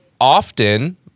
often